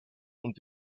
und